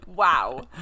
Wow